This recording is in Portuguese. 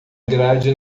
grade